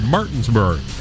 Martinsburg